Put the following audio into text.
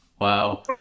Wow